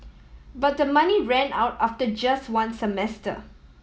but the money ran out after just one semester